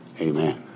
Amen